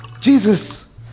Jesus